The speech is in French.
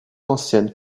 anciennes